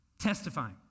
testifying